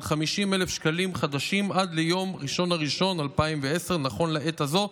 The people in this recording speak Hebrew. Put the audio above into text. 50,000 שקלים חדשים עד ליום 1 בינואר 2010. נכון לעת הזו,